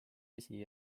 vesi